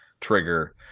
trigger